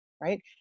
right